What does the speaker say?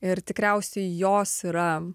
ir tikriausiai jos yra